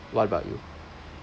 what about you